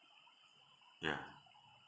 ya